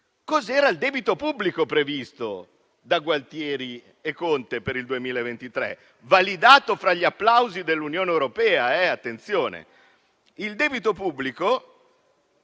Cos'era il debito pubblico previsto da Gualtieri e Conte per il 2023, validato fra gli applausi dell'Unione europea? Il debito pubblico